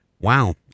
wow